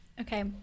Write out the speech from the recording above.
Okay